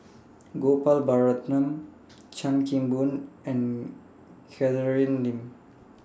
Gopal Baratham Chan Kim Boon and Catherine Lim